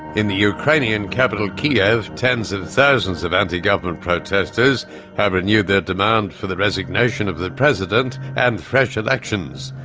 in the ukrainian capital kiev, tens of thousands of anti-government protesters have renewed their demand for the resignation of the president, and fresh elections.